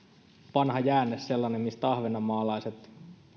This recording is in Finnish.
vanha jäänne sellainen mistä ahvenanmaalaiset